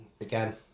Again